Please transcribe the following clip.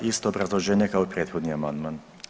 Isto obrazloženje kao i prethodni amandman.